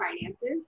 finances